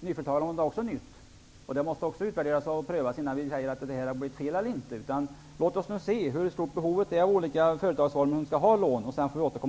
Nyföretagarlånet är också nytt och måste utvärderas och prövas innan vi kan säga om det har blivit fel eller inte. Låt oss nu se hur stort behovet är i olika företagsformer, och sedan får vi återkomma.